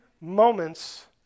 moments